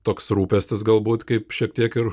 toks rūpestis galbūt kaip šiek tiek ir